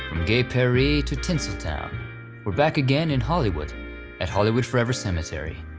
gay paris, to tinseltown we're back again in hollywood at hollywood forever cemetery.